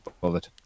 bothered